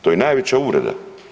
To je najveća uvreda.